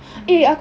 mm